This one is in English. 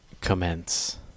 commence